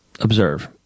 Observe